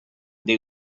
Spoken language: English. they